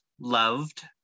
loved